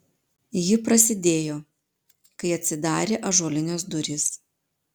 ji prasidėjo kai atsidarė ąžuolinės durys